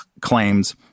claims